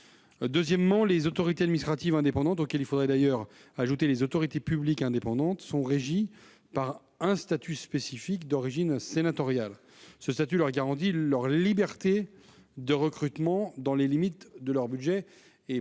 second lieu, les autorités administratives indépendantes, auxquelles il faudrait d'ailleurs ajouter les autorités publiques indépendantes, sont régies par un statut spécifique, d'origine sénatoriale. Ce statut leur garantit une liberté de recrutement, dans les limites de leur budget et,